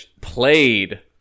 played